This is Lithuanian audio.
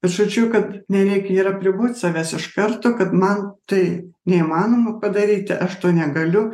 žodžiu kad nereikia ir apriboti savęs iš karto kad man tai neįmanoma padaryti aš to negaliu